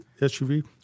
SUV